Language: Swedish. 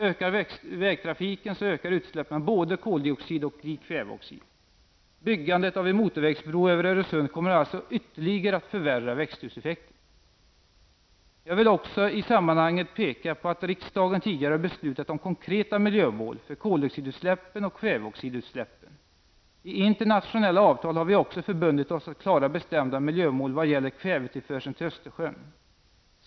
Ökar vägtrafiken så ökar utsläppen av både koldioxid och dikväveoxid. Byggandet av en motorvägsbro över Öresund kommer alltså ytterligare att förvärra växthuseffekten. Jag vill också i sammanhanget peka på att riksdagen tidigare har beslutat om konkreta miljömål för koldioxidutsläppen och kväveoxidutsläppen. I internationella avtal har vi också förbundit oss att klara bestämda miljömål vad gäller kvävetillförseln till Östersjön.